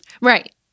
Right